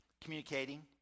communicating